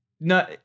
no